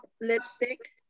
lipstick